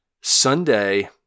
Sunday